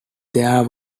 there